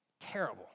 Terrible